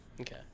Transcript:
Okay